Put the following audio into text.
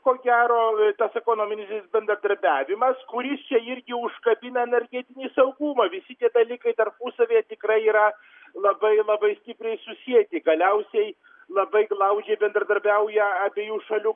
ko gero tas ekonominis jis bendradarbiavimas kuris čia irgi užkabina energetinį saugumą visi tie dalykai tarpusavyje tikrai yra labai labai stipriai susieti galiausiai labai glaudžiai bendradarbiauja abiejų šalių